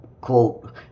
quote